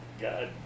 God